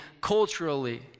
culturally